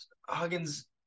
Huggins